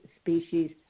species